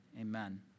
Amen